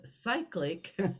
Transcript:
cyclic